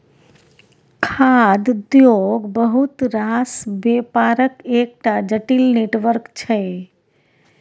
खाद्य उद्योग बहुत रास बेपारक एकटा जटिल नेटवर्क छै